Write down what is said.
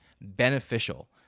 beneficial